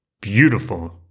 Beautiful